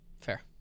fair